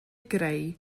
greu